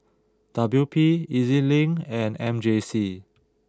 W P E Z Link and M J C